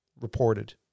reported